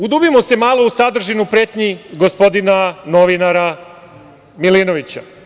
Udubimo se malo u sadržanu pretnji gospodina novinara Milinovića.